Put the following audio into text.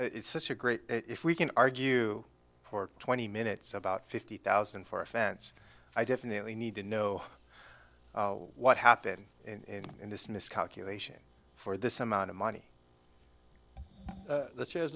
it's such a great if we can argue for twenty minutes about fifty thousand for offense i definitely need to know what happened in this miscalculation for this amount of money that sh